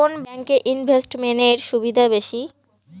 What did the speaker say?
কোন ব্যাংক এ ইনভেস্টমেন্ট এর সুবিধা বেশি?